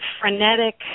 frenetic